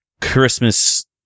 Christmas